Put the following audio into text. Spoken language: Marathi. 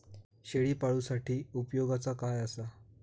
शेळीपाळूसाठी उपयोगाचा काय असा?